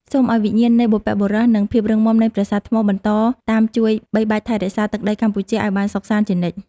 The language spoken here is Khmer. សូមឱ្យវិញ្ញាណនៃបុព្វបុរស និង ភាពរឹងមាំនៃប្រាសាទថ្មបន្តតាមជួយបីបាច់ថែរក្សាទឹកដីកម្ពុជាឱ្យបានសុខសាន្តជានិច្ច។